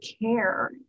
care